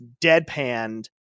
deadpanned